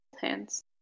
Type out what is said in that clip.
hands